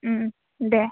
उम दे